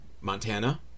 Montana